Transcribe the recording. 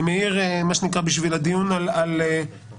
אני מעיר בשביל הדיון על החקיקה,